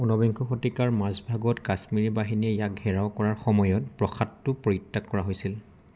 উনবিংশ শতিকাৰ মাজভাগত কাশ্মীৰী বাহিনীয়ে ইয়াক ঘেৰাও কৰাৰ সময়ত প্ৰাসাদটো পৰিত্যাগ কৰা হৈছিল